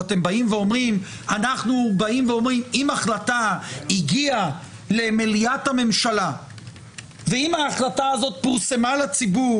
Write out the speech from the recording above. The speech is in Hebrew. שאתם באים ואומרים: אם החלטה הגיעה למליאת הממשלה והיא פורסמה לציבור